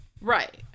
Right